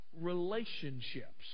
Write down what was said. relationships